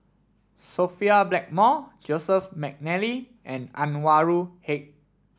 Sophia Blackmore Joseph McNally and Anwarul Haque